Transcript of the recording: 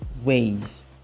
ways